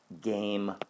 game